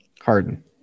Harden